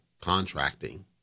contracting